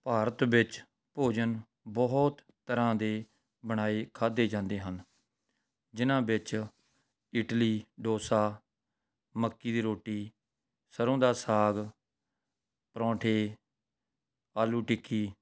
ਭਾਰਤ ਵਿੱਚ ਭੋਜਨ ਬਹੁਤ ਤਰ੍ਹਾਂ ਦੇ ਬਣਾਏ ਖਾਧੇ ਜਾਂਦੇ ਹਨ ਜਿਨ੍ਹਾਂ ਵਿੱਚ ਇਡਲੀ ਡੋਸਾ ਮੱਕੀ ਦੀ ਰੋਟੀ ਸਰੋਂ ਦਾ ਸਾਗ ਪਰੌਂਠੇ ਆਲੂ ਟਿੱਕੀ